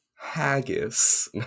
Haggis